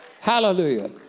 Hallelujah